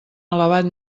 elevat